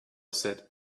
said